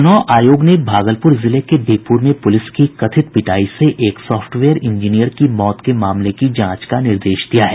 चुनाव आयोग ने भागलपुर जिले के बिहपुर में पुलिस की कथित पिटाई से एक सॉफ्टवेयर इंजीनियर की मौत के मामले की जांच का निर्देश दिया है